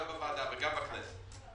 גם בוועדה וגם בכנסת,